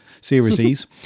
series